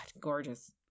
gorgeous